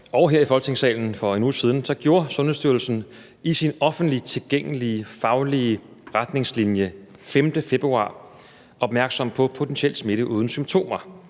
og her i Folketingssalen for 1 uge siden, gjorde Sundhedsstyrelsen i sine offentligt tilgængelige faglige retningslinjer af 5. februar opmærksom på potentiel smitte uden symptomer.